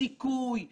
למרות שהחוק